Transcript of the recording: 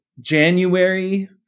January